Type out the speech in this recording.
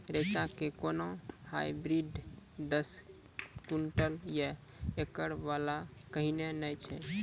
रेचा के कोनो हाइब्रिड दस क्विंटल या एकरऽ वाला कहिने नैय छै?